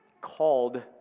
called